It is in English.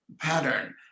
pattern